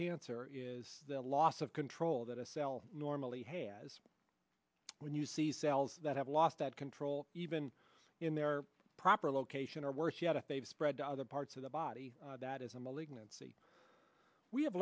cancer is the loss of control that a cell normally has when you see cells that have lost that control even in their proper location or worse yet if they've spread to other parts of the body that is a malignancy we have